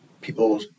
people